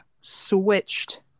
switched